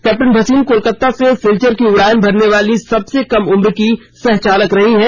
captain Bhasin Kolkata से सिलचर की उड़ान भरने वाली सबसे कम उम्र की सह चालक रही है